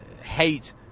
hate